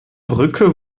brücke